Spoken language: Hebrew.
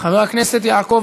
חבר הכנסת יעקב